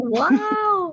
wow